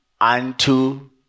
unto